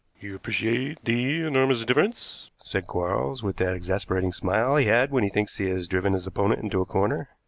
you appreciate the enormous difference, said quarles with that exasperating smile he had when he thinks he has driven his opponent into a corner.